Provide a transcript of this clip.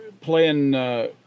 playing, –